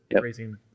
raising